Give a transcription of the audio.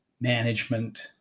management